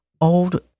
old